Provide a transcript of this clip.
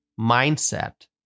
mindset